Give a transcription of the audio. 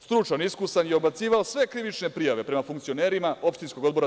Stručan, iskusan i odbacivao sve krivične prijave prema funkcionerima opštinskog odbora DS.